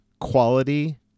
quality